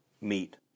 meet